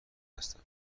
هستم